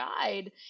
guide